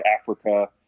Africa